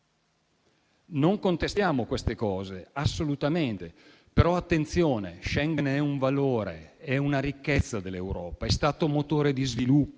Non contestiamo queste cose, assolutamente. Però, attenzione: Schengen è un valore, una ricchezza dell'Europa, è stato motore di sviluppo.